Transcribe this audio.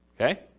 Okay